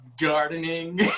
gardening